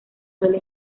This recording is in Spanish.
suele